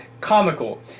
comical